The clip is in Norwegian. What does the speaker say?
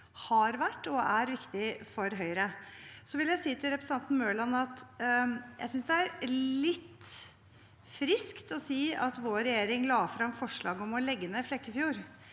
har vært og er viktig for Høyre. Så vil jeg si til representanten Mørland at jeg synes det er litt friskt å si at vår regjering la frem forslag om å legge ned Flekkefjord